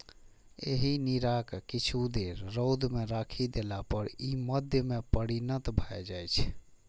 एहि नीरा कें किछु देर रौद मे राखि देला पर ई मद्य मे परिणत भए जाइ छै